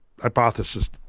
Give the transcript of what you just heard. hypothesis